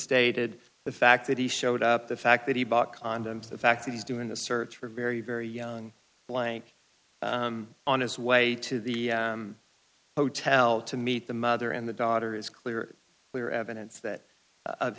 stated the fact that he showed up the fact that he bought condoms the fact that he's doing the search for very very young blank on his way to the hotel to meet the mother and the daughter is clear clear evidence that